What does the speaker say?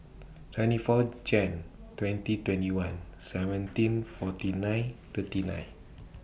twenty four Jan twenty twenty one seventeen forty nine thirty nine